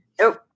Nope